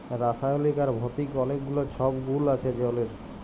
রাসায়লিক আর ভতিক অলেক গুলা ছব গুল আছে জলের